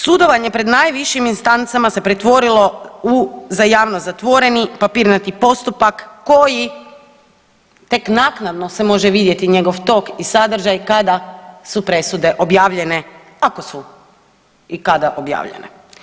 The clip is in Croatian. Sudovanje pred najvišim instancama se pretvorilo u za javnost zatvoreni papirnati postupak koji tek naknadno se može vidjeti njegov tok i sadržaj kada su presude objavljene, ako su i kada objavljene.